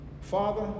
Father